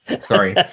sorry